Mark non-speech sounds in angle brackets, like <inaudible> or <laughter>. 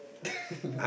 <laughs>